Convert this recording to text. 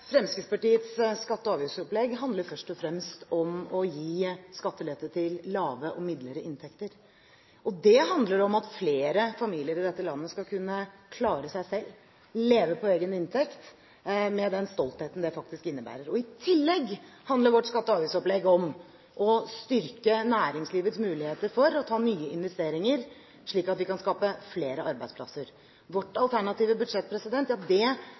Fremskrittspartiets skatte- og avgiftsopplegg handler først og fremst om å gi skattelette til dem med lave og midlere inntekter. Det handler om at flere familier i dette landet skal kunne klare seg selv, leve på egen inntekt – med den stoltheten det faktisk innebærer. I tillegg handler vårt skatte- og avgiftsopplegg om å styrke næringslivets muligheter for å ta nye investeringer, slik at vi kan skape flere arbeidsplasser. Vårt alternative budsjett er et budsjett for vekst, og er det